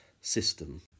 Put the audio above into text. system